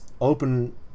open